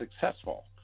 successful